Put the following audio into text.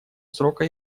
срока